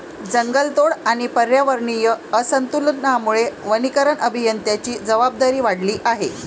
जंगलतोड आणि पर्यावरणीय असंतुलनामुळे वनीकरण अभियंत्यांची जबाबदारी वाढली आहे